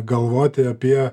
galvoti apie